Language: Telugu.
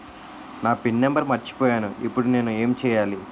నా పిన్ నంబర్ మర్చిపోయాను ఇప్పుడు నేను ఎంచేయాలి?